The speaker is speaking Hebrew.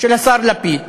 של השר לפיד